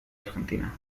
argentina